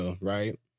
right